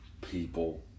people